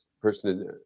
person